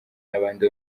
n’abandi